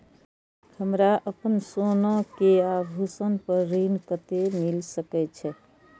हमरा अपन सोना के आभूषण पर ऋण कते मिल सके छे?